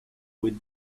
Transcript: would